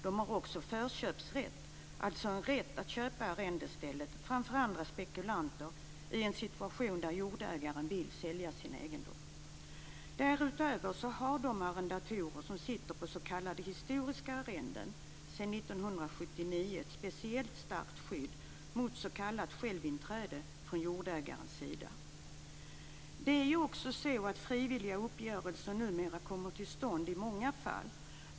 De har också förköpsrätt, dvs. en rätt att köpa arrendestället framför andra spekulanter i en situation där jordägaren vill sälja sin egendom. Därutöver har de arrendatorer som sitter på s.k. historiska arrenden sedan 1979 ett speciellt starkt skydd mot s.k. självinträde från jordägarens sida. Numera kommer ju frivilliga uppgörelser till stånd i många fall.